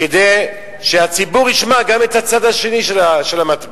כדי שהציבור ישמע גם את הצד השני של המטבע.